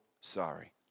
sorry